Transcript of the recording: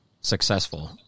successful